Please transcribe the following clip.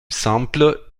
simple